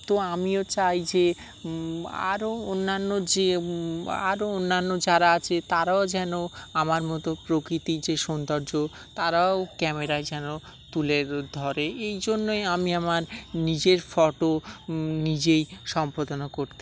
তো আমিও চাই যে আরও অন্যান্য যে আরও অন্যান্য যারা আছে তারাও যেন আমার মতো প্রকৃতির যে সৌন্দর্য তারাও ক্যামেরায় যেন তুলে ধরে এই জন্যই আমি আমার নিজের ফটো নিজেই সম্পাদন করতে